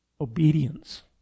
Obedience